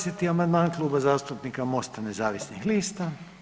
20. amandman Kluba zastupnika MOST-a nezavisnih lista.